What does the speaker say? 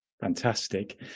Fantastic